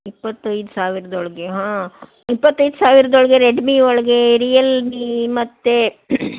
ಇಪ್ಪತ್ತೈದು ಸಾವಿರ್ದ ಒಳಗೆ ಹಾಂ ಇಪ್ಪತ್ತೈದು ಸಾವಿರ್ದ ಒಳಗೆ ರೆಡ್ಮಿ ಒಳಗೆ ರಿಯಲ್ಮಿ ಮತ್ತೆ